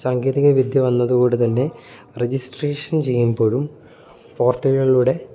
സാങ്കേതിക വിദ്യ വന്നതോട് തന്നെ രെജിസ്ട്രേഷൻ ചെയ്യുമ്പോഴും പോർട്ടലുകളിലൂടെ